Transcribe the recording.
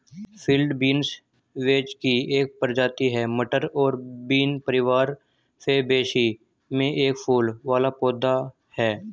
field beans vetch की एक प्रजाति है, मटर और बीन परिवार फैबेसी में एक फूल वाला पौधा है